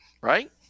Right